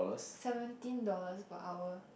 seventeen dollars per hour